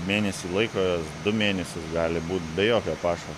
mėnesį laiko du mėnesius gali būt be jokio pašaro